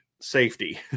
safety